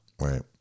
Right